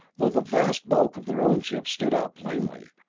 though the vast bulk of their own ships stood out plainly,